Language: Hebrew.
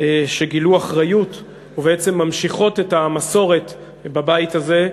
שגילו אחריות ובעצם ממשיכות את המסורת בבית הזה,